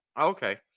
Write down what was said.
Okay